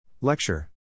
Lecture